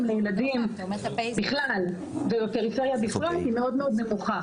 לילדים ובפריפריה בכלל היא מאוד מאוד נמוכה,